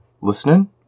listening